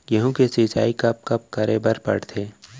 गेहूँ के सिंचाई कब कब करे बर पड़थे?